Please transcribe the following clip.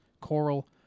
coral